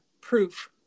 proof